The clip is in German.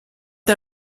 der